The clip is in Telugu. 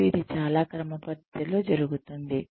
మరియు ఇది చాలా క్రమపద్ధతిలో జరుగుతుంది